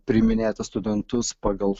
priiminėti studentus pagal